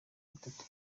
batatu